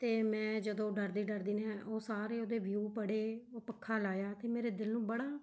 ਅਤੇ ਮੈਂ ਜਦੋਂ ਡਰਦੀ ਡਰਦੀ ਨੇ ਉਹ ਸਾਰੇ ਉਹਦੇ ਵਿਊ ਪੜ੍ਹੇ ਉਹ ਪੱਖਾ ਲਾਇਆ ਤਾਂ ਮੇਰੇ ਦਿਲ ਨੂੰ ਬੜਾ